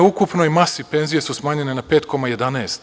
U ukupnoj masi penzije su smanjene sa 5,11%